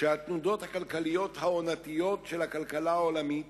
שהתנודות הכלכליות העונתיות של הכלכלה העולמית